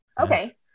okay